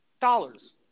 dollars